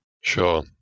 Sure